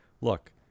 look